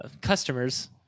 customers